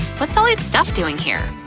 what's all his stuff doing here?